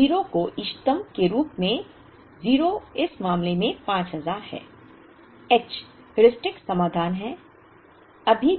O को इष्टतम के रूप में O इस मामले में 5000 है h हेयुरिस्टिक समाधान है